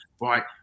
Right